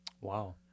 Wow